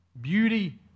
beauty